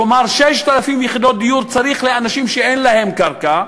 כלומר 6,000 יחידות דיור צריך לאנשים שאין להם קרקע,